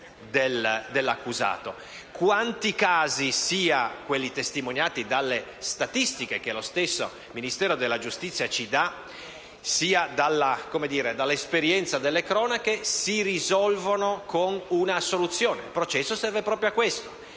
Quanti casi, sia quelli testimoniati dalle statistiche, che lo stesso Ministero della giustizia fornisce, sia quelli testimoniati dall'esperienza delle cronache si risolvono con un'assoluzione? Il processo serve proprio a questo.